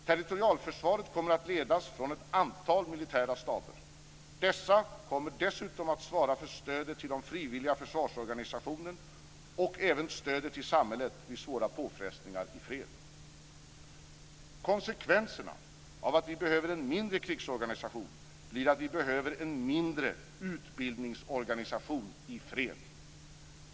Territorialförsvaret kommer att ledas från ett antal militära staber. Dessa kommer dessutom att svara för stödet till de frivilliga försvarsorganisationerna och även för stödet till samhället vid svåra påfrestningar i fred. Konsekvenserna av att vi behöver en mindre krigsorganisation blir att vi behöver en mindre utbildningsorganisation i fred.